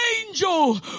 angel